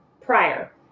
prior